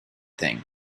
thing